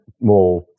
more